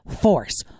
force